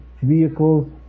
vehicles